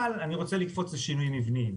אני רוצה לקפוץ לשינויים מבניים,